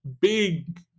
big